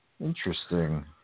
interesting